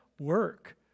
work